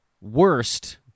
worst